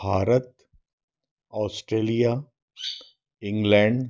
Bharat Australia England